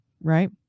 right